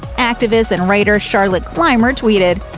activist and writer charlotte clymer tweeted,